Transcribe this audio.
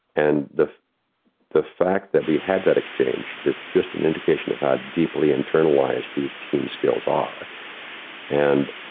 and the the fact that we had that exchange is just an indication of had deeply internalized these team skills are and